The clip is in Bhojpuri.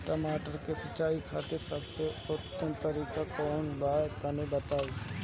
टमाटर के सिंचाई खातिर सबसे उत्तम तरीका कौंन बा तनि बताई?